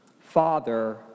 Father